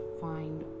find